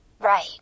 Right